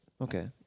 okay